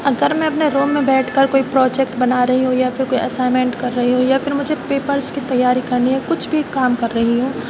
اگر میں اپنے روم میں بیٹھ کر کوئی پروجکٹ بنا رہی ہوں یا پھر کوئی اسائنمنٹ کر رہی ہوں یا پھر مجھے پیپرس کی تیاری کرنی ہے کچھ بھی کام کر رہی ہوں